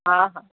हा हा